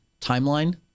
timeline